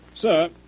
Sir